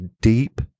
deep